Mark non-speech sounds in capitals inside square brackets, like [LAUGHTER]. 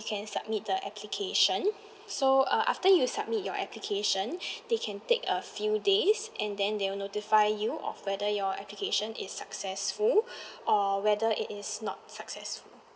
you can submit the application so uh after you submit your application [BREATH] they can take a few days and then they will notify you of whether your application is successful [BREATH] or whether it is not successful